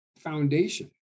foundation